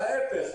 וההיפך.